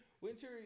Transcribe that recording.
winter